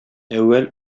әүвәл